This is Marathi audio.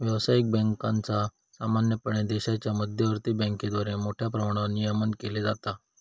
व्यावसायिक बँकांचा सामान्यपणे देशाच्या मध्यवर्ती बँकेद्वारा मोठ्या प्रमाणावर नियमन केला जाता